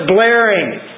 blaring